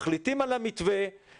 מחליטים על המתווה,